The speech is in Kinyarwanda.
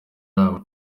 yabo